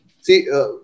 See